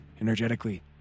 energetically